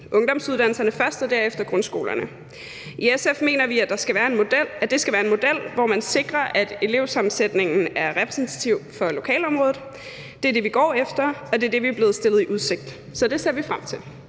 ungdomsuddannelserne først og derefter grundskolerne. I SF mener vi, at det skal være en model, hvor man sikrer, at elevsammensætningen er repræsentativ for lokalområdet. Det er det, vi går efter, og det er det, vi er blevet stillet i udsigt. Så det ser vi frem til.